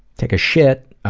take a shit,